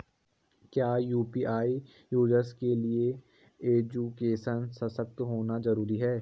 क्या UPI user के लिए एजुकेशनल सशक्त होना जरूरी है?